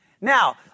Now